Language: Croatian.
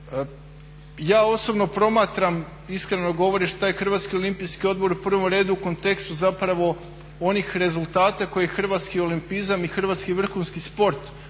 Ja osobno promatram iskreno govoreći taj HOO u prvom redu u kontekstu zapravo onih rezultata koje hrvatski olimpizam i hrvatski vrhunski sport